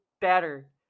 better